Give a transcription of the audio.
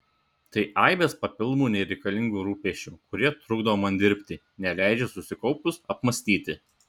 tai aibės papildomų nereikalingų rūpesčių kurie trukdo man dirbti neleidžia susikaupus apmąstyti